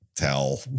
Tell